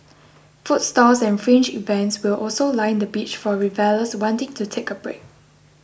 food stalls and fringe events will also line the beach for revellers wanting to take a break